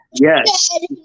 yes